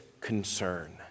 concern